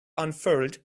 unfurled